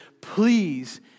Please